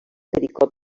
pericot